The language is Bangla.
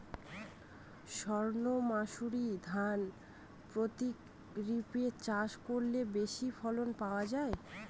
সর্ণমাসুরি ধান প্রক্ষরিপে চাষ করলে বেশি ফলন পাওয়া যায়?